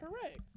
correct